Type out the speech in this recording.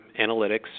analytics